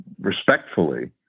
respectfully